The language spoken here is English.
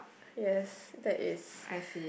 yes that is